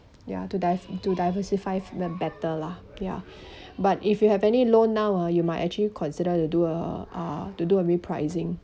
ya to dive~ to diversify the better lah ya but if you have any loan now ah you might actually consider to do a uh to do a repricing